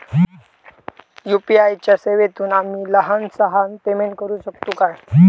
UPI च्या सेवेतून आम्ही लहान सहान पेमेंट करू शकतू काय?